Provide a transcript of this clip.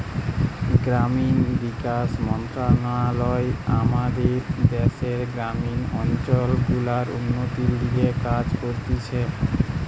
গ্রামীণ বিকাশ মন্ত্রণালয় আমাদের দ্যাশের গ্রামীণ অঞ্চল গুলার উন্নতির লিগে কাজ করতিছে